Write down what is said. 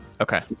Okay